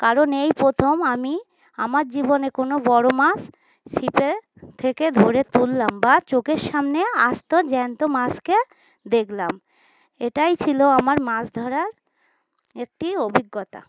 কারণ এই প্রথম আমি আমার জীবনে কোনো বড়ো মাছ ছিপে থেকে ধরে তুললাম বা চোখের সামনে আস্ত জ্যান্ত মাছকে দেখলাম এটাই ছিল আমার মাছ ধরার একটি অভিজ্ঞতা